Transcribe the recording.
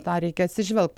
tą reikia atsižvelgt